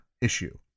issue